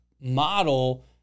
model